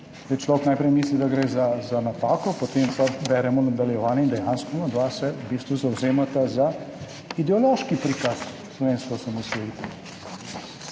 Človek najprej misli, da gre za napako, potem pa beremo nadaljevanje in dejansko se onadva v bistvu zavzemata za ideološki prikaz slovenske osamosvojitve.